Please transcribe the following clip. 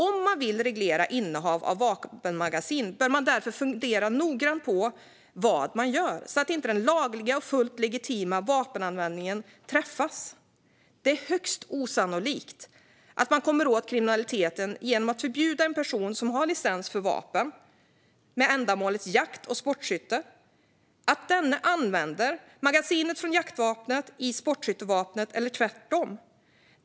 Om man vill reglera innehav av vapenmagasin bör man därför fundera noggrant på vad man gör, så att inte den lagliga och fullt legitima vapenanvändningen träffas. Det är högst osannolikt att man kommer åt kriminaliteten genom att förbjuda en person som har licens för vapen med ändamålet jakt och sportskytte att använda magasinet från jaktvapnet i sportskyttevapnet eller tvärtom.